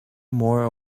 more